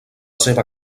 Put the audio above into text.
seva